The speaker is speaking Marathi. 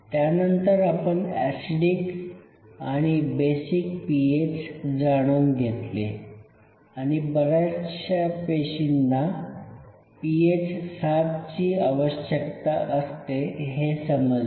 त्यानंतर आपण ऍसिडिक आणि बेसिक पीएच जाणून घेतले आणि बर्याचश्या पेशींना पीएच ७ ची आवश्यकता असते हे समजले